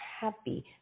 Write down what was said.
happy